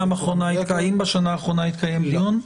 האם בשנה האחרונה התקיים דיון?